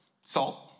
Salt